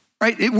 right